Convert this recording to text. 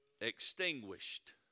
extinguished